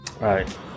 Right